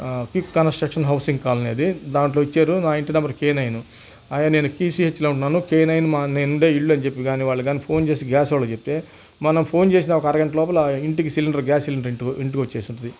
click construction housing colony అది దాంట్లో ఇచ్చారు మా ఇంటి నెంబరు కే నైను అది నేను క్యూసిహెచ్లో ఉన్నాను కే నైన్ మేముండే ఇల్లు అని చెప్పి కానీ వాళ్ళకి కానీ ఫోన్ చేసి చెపితే మనం ఫోన్ చేసిన ఒక అరగంట లోపల ఇంటికి సిలిండర్ గ్యాస్ సిలిండరు ఇంటికి వచ్చేసి ఉంటుంది